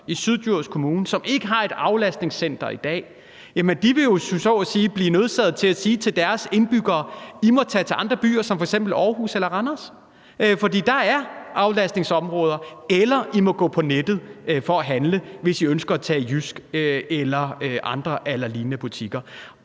i Syddjurs Kommune, som ikke har et aflastningscenter i dag, så at sige vil blive nødsaget til at sige til sine indbyggere: I må tage til andre byer som f.eks. Aarhus eller Randers, for der er der aflastningsområder, eller I må gå på nettet, hvis I ønsker at handle i JYSK eller andre lignende